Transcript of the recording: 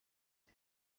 wie